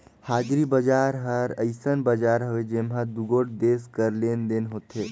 हाजरी बजार हर अइसन बजार हवे जेम्हां दुगोट देस कर लेन देन होथे